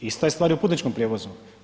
Ista je stvar i u putničkom prijevozu.